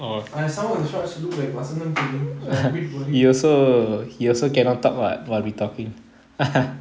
like someone whose shots look like vasantham T_V so I was a bit worried